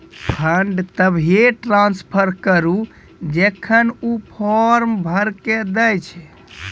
fund तभिये transfer करऽ जेखन ऊ फॉर्म भरऽ के दै छै